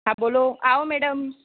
હા બોલો આવો મેડમ